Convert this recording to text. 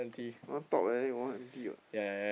my one top then your one empty [what]